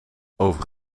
over